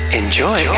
enjoy